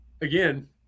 again